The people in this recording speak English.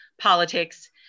politics